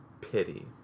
pity